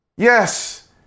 Yes